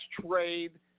trade